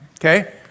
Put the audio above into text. Okay